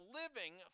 living